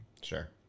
Sure